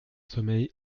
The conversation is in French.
sommeil